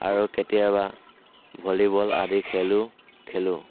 আৰু কেতিয়াবা ভলীবল আদি খেলো খেলো